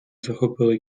захопили